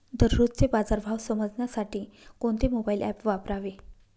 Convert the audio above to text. दररोजचे बाजार भाव समजण्यासाठी कोणते मोबाईल ॲप वापरावे?